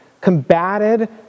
combated